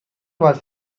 was